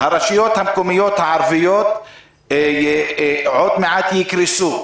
הרשויות המקומיות הערביות עוד מעט יקרסו.